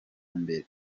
mbere